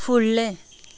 फुडलें